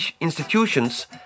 institutions